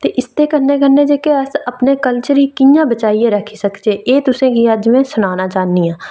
ते इसदे कन्नै कन्नै गे अस अपने कल्चर गी कि'यां बचाइयै रक्खी सकचै एह् तुसे गी अज्ज में सनाना चाह्न्नी आं